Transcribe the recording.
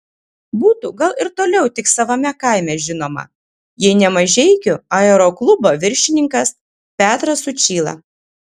būtų gal ir toliau tik savame kaime žinoma jei ne mažeikių aeroklubo viršininkas petras sučyla